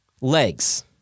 legs